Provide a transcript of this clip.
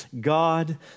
God